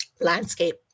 landscape